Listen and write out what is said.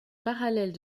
parallèle